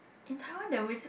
in Taiwan there was